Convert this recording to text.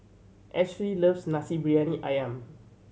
Ashlee loves Nasi Briyani Ayam